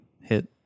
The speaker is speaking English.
hit